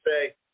say